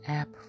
app